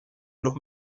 los